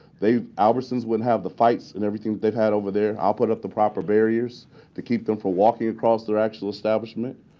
albertson's wouldn't have the fights and everything they've had over there. i'll put up the proper barriers to keep them from walking across their actual establishment.